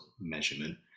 measurement